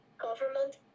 government